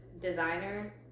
designer